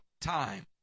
time